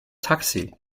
taxi